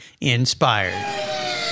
inspired